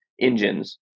engines